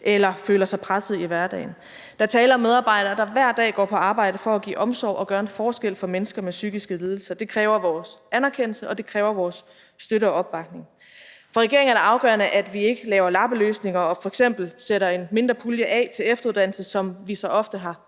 eller føler sig presset i hverdagen. Der er tale om medarbejdere, der hver dag i går på arbejde for at give omsorg og gøre en forskel for mennesker med psykiske lidelser. Det kræver vores anerkendelse, og det kræver vores støtte og opbakning. For regeringen er det afgørende, at vi ikke laver lappeløsninger og f.eks. sætter en mindre pulje af til efteruddannelse, som vi så ofte har